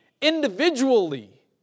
individually